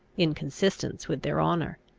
in consistence with their honour.